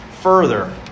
further